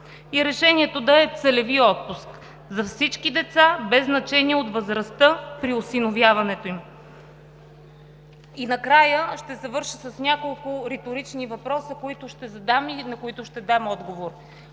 и решението да е целевият отпуск за всички деца без значение от възрастта при осиновяването им. И накрая ще завърша с няколко риторични въпроса, които ще задам и на които ще дам отговор.